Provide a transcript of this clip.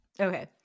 Okay